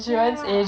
ya